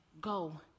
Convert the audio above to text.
go